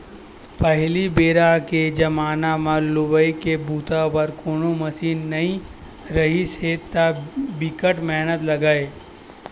पहिली बेरा के जमाना म लुवई के बूता बर कोनो मसीन नइ रिहिस हे त बिकट मेहनत लागय